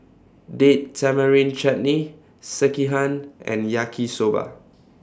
Date Tamarind Chutney Sekihan and Yaki Soba